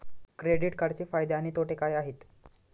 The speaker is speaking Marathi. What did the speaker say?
क्रेडिट कार्डचे फायदे आणि तोटे काय आहेत?